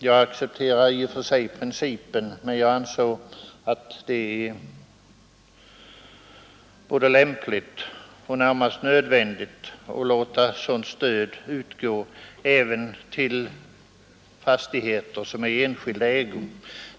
Jag accepterar i och för sig principen, men jag ansåg att det är både lämpligt och närmast nödvändigt att låta sådant stöd utgå även till fastigheter i enskild ägo.